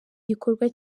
gikorwa